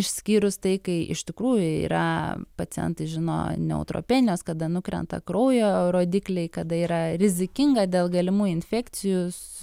išskyrus tai kai iš tikrųjų yra pacientai žino neutropenijos kada nukrenta kraujo rodikliai kada yra rizikinga dėl galimų infekcijos